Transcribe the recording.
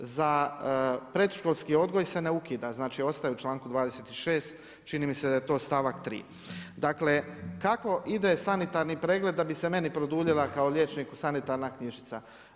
Za predškolski odgoj se ne ukida, znači ostaje u članku 26. čini mi se da je to stavak 3. Dakle kako ide sanitarni pregled da bi se meni produljila kao liječniku sanitarna knjižica?